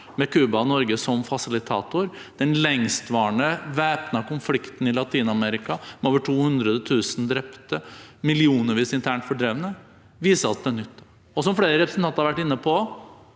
med Cuba og Norge som fasilitator, den lengstvarende væpnede konflikten i Latin-Amerika med over 200 000 drepte, millionvis internt fordrevne, viser at det nytter. Som flere representanter har vært inne på,